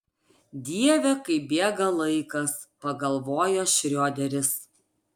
dieve kaip bėga laikas pagalvojo šrioderis